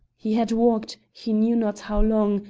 he had walked, he knew not how long,